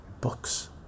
books